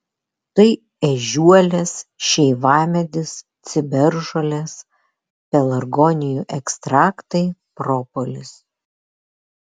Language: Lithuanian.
tai ežiuolės šeivamedis ciberžolės pelargonijų ekstraktai propolis